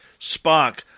Spock